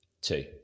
two